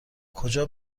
کجا